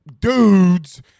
dudes